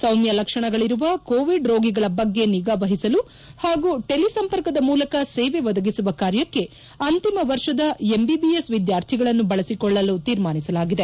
ಸೌಮ್ಯ ಲಕ್ಷಣಗಳಿರುವ ಕೋವಿಡ್ ರೋಗಿಗಳ ಬಗ್ಗೆ ನಿಗಾವಹಿಸಲು ಹಾಗೂ ಟೆಲಿ ಸಂಪರ್ಕದ ಮೂಲಕ ಸೇವೆ ಒದಗಿಸುವ ಕಾರ್ಯಕ್ಕೆ ಅಂತಿಮ ವರ್ಷದ ಎಂಬಿಬಿಎಸ್ ವಿದ್ಕಾರ್ಥಿಗಳನ್ನು ಬಳಸಿಕೊಳ್ಳಲು ತೀರ್ಮಾನಿಸಲಾಗಿದೆ